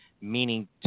meaning